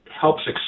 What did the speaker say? helps